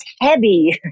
heavy